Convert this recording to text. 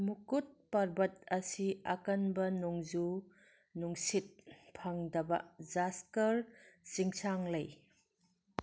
ꯃꯨꯀꯨꯠ ꯄꯔꯕꯠ ꯑꯁꯤ ꯑꯀꯟꯕ ꯅꯣꯡꯖꯨ ꯅꯨꯡꯁꯤꯠ ꯐꯪꯗꯕ ꯖꯥꯁꯀꯔ ꯆꯤꯡꯁꯥꯡ ꯂꯩ